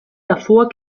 davor